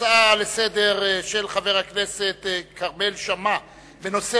שההצעה לסדר-היום של חבר הכנסת כרמל שאמה בנושא